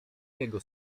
jego